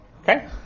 Okay